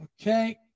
Okay